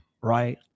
Right